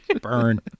Burn